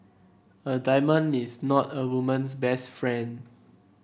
a diamond is not a woman's best friend